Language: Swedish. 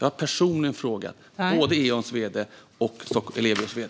Jag har personligen frågat både Eons vd och Ellevios vd.